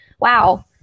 wow